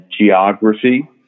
geography